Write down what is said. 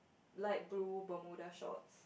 light blue bermuda shorts